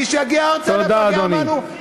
מי שיגיע ארצה לפגע בנו, תודה, אדוני.